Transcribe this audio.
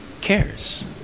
cares